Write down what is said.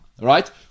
right